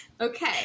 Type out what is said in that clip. Okay